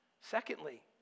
Secondly